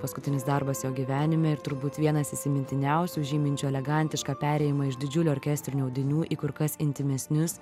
paskutinis darbas jo gyvenime ir turbūt vienas įsimintiniausių žyminčių elegantišką perėjimą iš didžiulių orkestrinių audinių į kur kas intymesnius